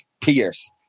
Pierce